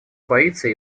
боится